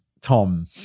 Tom